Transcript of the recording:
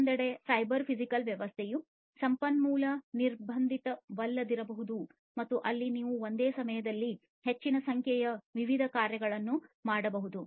ಮತ್ತೊಂದೆಡೆ cyber physical ವ್ಯವಸ್ಥೆಯು ಸಂಪನ್ಮೂಲ ನಿರ್ಬಂಧಿತವಾಗಿಲ್ಲದಿರಬಹುದು ಮತ್ತು ಅಲ್ಲಿ ನೀವು ಒಂದೇ ಸಮಯದಲ್ಲಿ ಹೆಚ್ಚಿನ ಸಂಖ್ಯೆಯ ವಿವಿಧ ಕಾರ್ಯಗಳನ್ನು ಮಾಡಬಹುದು